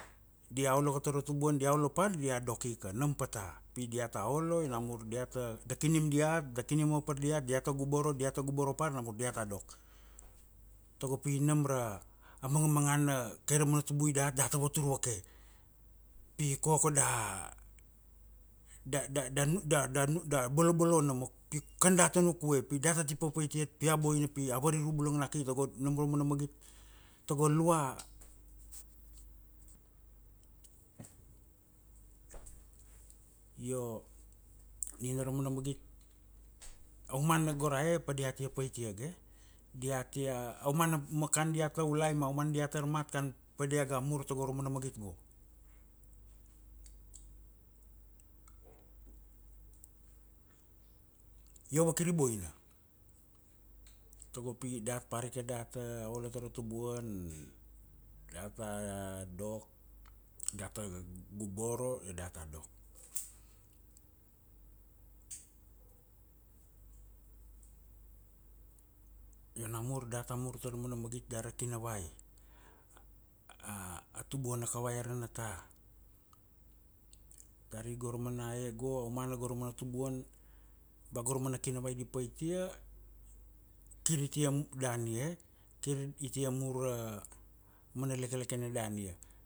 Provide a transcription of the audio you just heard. dia olo ko tara tubuan, dia olo par dia dok ika. Nam pata. Pi data olo io namur diata, da kinim diat, da kinim papar diat diata guboro, diata guboro par namur diata dok. Tago pi nam ra, a mangamangana, kai ra mana tubui dat data vatur vake. Pi koko da da da nu, da, da bolobolo nomo pi, kan data nukue. Pi data ti papatia, pi a boina pi a variru bula na ki tago nam ra mana magit, tago lua, io nina ramana magit. Aumana go ra e pa diata paitia ga e? Diatia, aumana, ma kan dia taulai ma aumana dai tar mat kan, padia ga mur tago ra mana magit go. Io vakiri boina. Tago pi dat parika data olo tara tubuan, data dok, data guboro io data dok. Io namur data mur tara mana magit dara kinavai. A tubuan na kavai ara nata. Dari go ra mana eh go, aumana go ra mana tubuan, ba go ra mana kinavai di paitia, kiri tia dania, kir itaia mur ra mana lekelek na da nia.